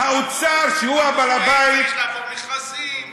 אמרו שצריך לעבור מכרזים וזה,